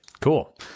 cool